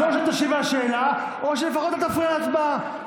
אז או שתשיב על השאלה או שלפחות אל תפריע להצבעה.